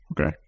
Okay